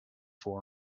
for